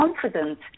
confident